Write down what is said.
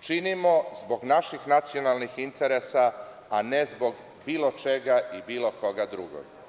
činimo zbog naših nacionalnih interesa, a ne zbog bilo čega i bilo koga drugog.